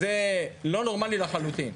זה לא נורמלי לחלוטין.